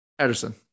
Ederson